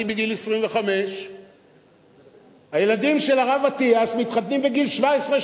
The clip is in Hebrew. בגיל 25. הילדים של הרב אטיאס מתחתנים בגיל 17,